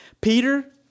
Peter